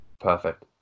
perfect